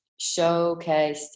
showcased